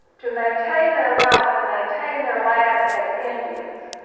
to maintain their wea lth and maintain their land as indians.